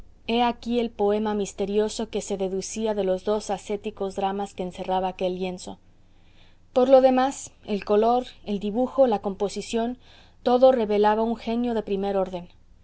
he aquí el poema misterioso que se deducía de los dos ascéticos dramas que encerraba aquel lienzo por lo demás el color el dibujo la composición todo revelaba un genio de primer orden